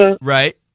right